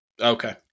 Okay